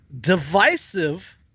divisive